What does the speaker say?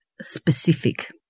specific